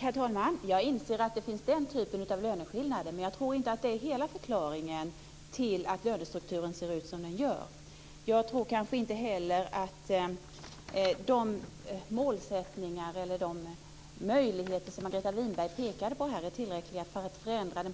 Herr talman! Jag inser att den typen av löneskillnader finns, men jag tror inte att det är hela förklaringen till att lönestrukturen ser ut som den gör. Jag tror kanske inte heller att de målsättningar och möjligheter som Margareta Winberg pekade på är tillräckliga för att förändra den